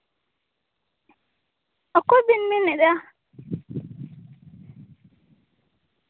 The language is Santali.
ᱚᱠᱚᱭ ᱵᱤᱱ ᱢᱮᱱᱮᱫᱟ